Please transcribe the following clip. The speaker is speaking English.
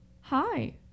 Hi